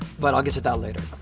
but i'll get to that later.